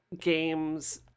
games